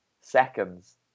seconds